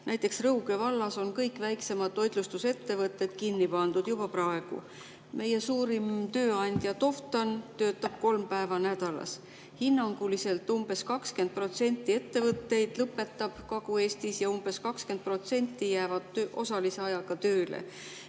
Näiteks Rõuge vallas on kõik väiksemad toitlustusettevõtted juba kinni pandud. Meie suurim tööandja Toftan töötab kolm päeva nädalas. Hinnanguliselt umbes 20% ettevõtteid Kagu-Eestis lõpetab ja umbes 20% jäävad osalise ajaga tööle.